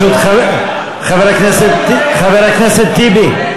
חבר הכנסת טיבי,